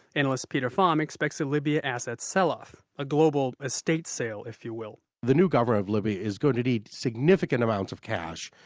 analyst peter pham expects a libya asset sell-off. a global estate sale, if you will the new government of libya is going to need significant amounts of cash,